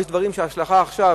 יש דברים שההשלכה שלהם עכשיו,